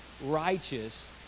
righteous